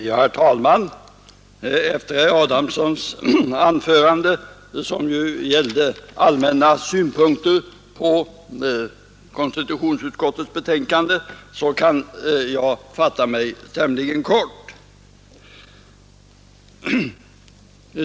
Herr talman! Efter herr Adamssons anförande, som ju innehöll allmänna synpunkter på konstitutionsutskottets betänkande, kan jag fatta mig tämligen kort.